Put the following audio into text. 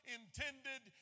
intended